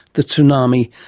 the tsunami,